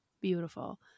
beautiful